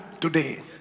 today